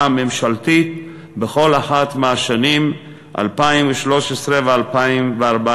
הממשלתית בכל אחת מהשנים 2013 ו-2014,